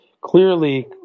clearly